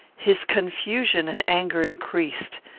his confusion and anger increased.